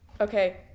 okay